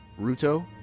Ruto